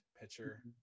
pitcher